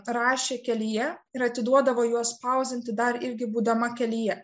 rašė kelyje ir atiduodavo juos spausdinti dar irgi būdama kelyje